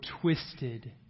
twisted